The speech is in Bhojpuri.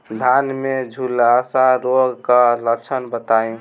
धान में झुलसा रोग क लक्षण बताई?